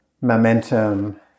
momentum